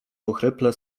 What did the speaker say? ochryple